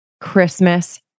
Christmas